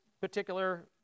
particular